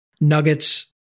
nuggets